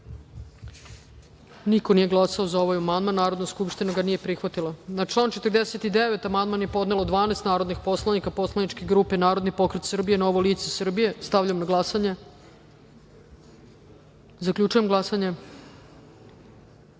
niko nije glasao za ovaj amandman. Narodna skupština ga nije prihvatila. Na član 113. amandman je podnelo 12 narodnih poslanika poslaničke grupe Narodni pokret Srbije-Novo lice Srbije. Stavljam na glasanje. Zaključujem glasanje: